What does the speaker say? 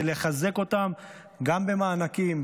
לחזק אותם גם במענקים,